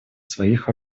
своих